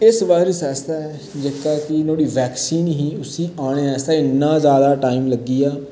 इस वायरस आस्तै जेह्का कि नोह्ड़ी वैक्सीन ही उस्सी आने आस्तै इन्ना ज्यादा टाइम लग्गी आ